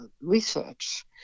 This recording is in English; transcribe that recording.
research